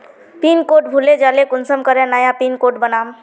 Pin code भूले जाले कुंसम करे नया पिन कोड बनाम?